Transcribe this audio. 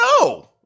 no